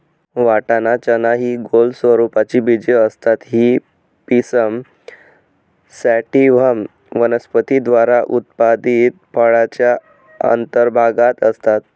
वाटाणा, चना हि गोल स्वरूपाची बीजे असतात ही पिसम सॅटिव्हम वनस्पती द्वारा उत्पादित फळाच्या अंतर्भागात असतात